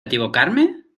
equivocarme